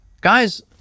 Guys